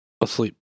Asleep